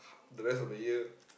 the rest of the year